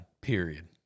Period